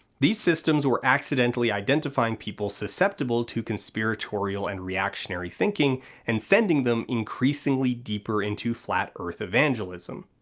these systems were accidentally identifying people susceptible to conspiratorial and reactionary thinking and sending them increasingly deeper into flat earth evangelism.